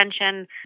attention